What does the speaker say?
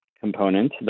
component